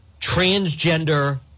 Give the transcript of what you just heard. transgender